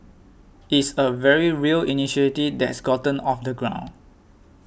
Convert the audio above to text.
it's a very real initiative that's gotten off the ground